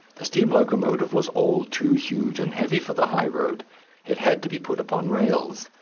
the steam locomotive was all too huge and heavy for the high road it had to be put upon rails.